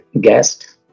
guest